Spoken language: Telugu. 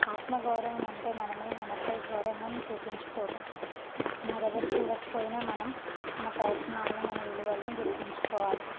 ఆత్మగౌరవం అంటే మనమే మనపై గౌరవం చూపించుకోవటం మరెవరు చూడకపోయినా మనం మన ప్రయత్నాల్ని మన విలువలని గుర్తించుకోవాలి